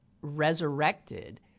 resurrected